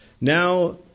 Now